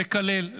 מקלל,